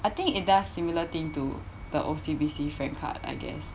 I think it does similar thing to the O_C_B_C FRANK card I guess